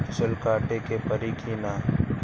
फसल काटे के परी कि न?